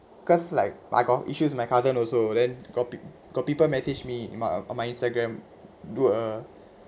cause like I got issues my cousin also then got peo~ got people message me in my on my Instagram do uh